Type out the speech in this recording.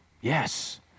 yes